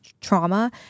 trauma